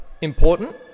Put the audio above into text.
important